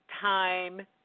time